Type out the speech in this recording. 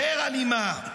יותר אלימה,